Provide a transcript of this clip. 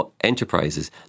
enterprises